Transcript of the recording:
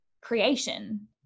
creation